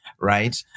right